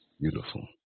Beautiful